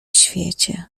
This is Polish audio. świecie